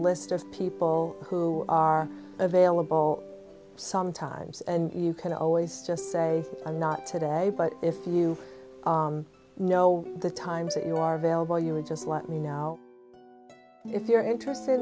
list of people who are available sometimes and you can always just say i'm not today but if you know the times that you are available you would just let me know if you're interested